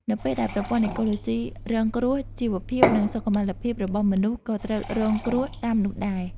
នៅពេលដែលប្រព័ន្ធអេកូឡូស៊ីរងគ្រោះ ជីវភាព និងសុខុមាលភាពរបស់មនុស្សក៏ត្រូវរងគ្រោះតាមនោះដែរ។